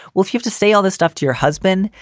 well, if you've to say all this stuff to your husband,